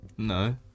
No